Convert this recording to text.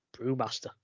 Brewmaster